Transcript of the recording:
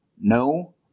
no